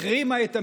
החרימה את המליאה.